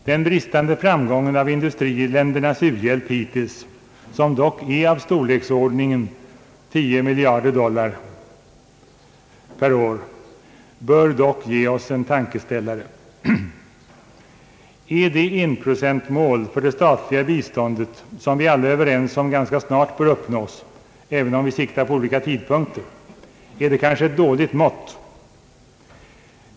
| Den bristande framgången av industriländernas u-hjälp hittills — som dock är av storleksordningen 10 miljarder dollar per år — bör dock ge oss en tankeställare. Är det enprocentsmål för det statliga biståndet som vi alla är överens om ganska snart bör uppnås, även om vi siktar på olika tidpunkter, kanske ett dåligt mått?